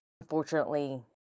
unfortunately